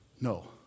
No